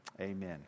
Amen